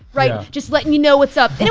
right, just letting you know what's up. and